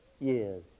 years